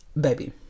baby